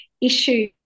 issue